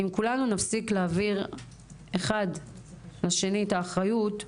אם כולנו נפסיק להעביר אחד לשני את האחריות,